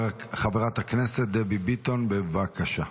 חברת הכנסת דבי ביטון, בבקשה.